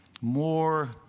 more